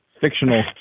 fictional